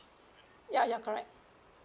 ya ya correct